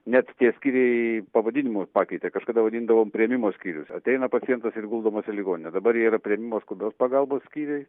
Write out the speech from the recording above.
net tie skyriai pavadinimus pakeitė kažkada vadindavom priėmimo skyrius ateina pacientas ir guldomas į ligoninę dabar jie yra priėmimo skubios pagalbos skyriai